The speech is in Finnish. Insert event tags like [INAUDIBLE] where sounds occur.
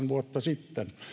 [UNINTELLIGIBLE] vuotta sitten